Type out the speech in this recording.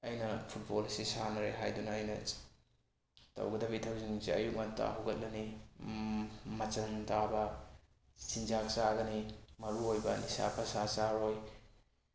ꯑꯩꯅ ꯐꯨꯠꯕꯣꯜ ꯑꯁꯤ ꯁꯥꯟꯅꯔꯦ ꯍꯥꯏꯗꯨꯅ ꯑꯩꯅ ꯇꯧꯒꯗꯕ ꯏꯊꯧꯁꯤꯡꯁꯦ ꯑꯌꯨꯛ ꯉꯟꯇꯥ ꯍꯧꯒꯠꯂꯅꯤ ꯃꯆꯪ ꯇꯥꯕ ꯆꯤꯟꯖꯥꯛ ꯆꯥꯒꯅꯤ ꯃꯔꯨꯑꯣꯏꯕ ꯅꯤꯁꯥ ꯄꯁꯥ ꯆꯥꯔꯣꯏ